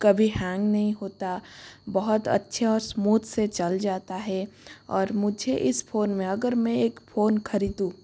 कभी हैंग नहीं होता बहुत अच्छे और स्मूथ से चल जाता है और मुझे इस फोन में अगर मैं एक फोन खरीदूं